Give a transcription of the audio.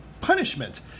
punishment